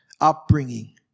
upbringing